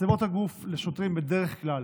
מצלמות הגוף הוספו לשוטרים בדרך כלל